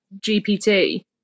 GPT